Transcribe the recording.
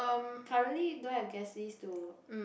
currently don't have guest list to